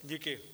Děkuji.